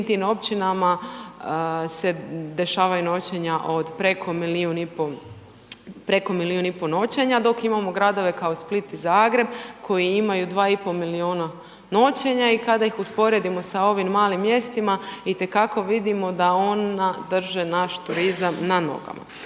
U svim tim općinama se dešavaju noćenja od preko milijun i pol, preko milijun i pol noćenja. Dok imamo gradove kao Split i Zagreb koji imaju 2 i pol milijuna noćenja. I kada ih usporedimo sa ovim malim mjestima itekako vidimo da ona drže naš turizam na nogama.